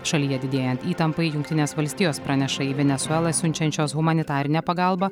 šalyje didėjant įtampai jungtinės valstijos praneša į venesuelą siunčiančios humanitarinę pagalbą